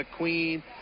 McQueen